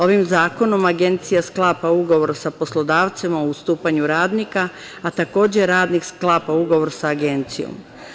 Ovim zakonom agencija sklapa ugovor sa poslodavcem o ustupanju radnika, a takođe radnik sklapa ugovor sa agencijom.